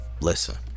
listen